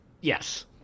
Yes